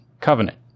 covenant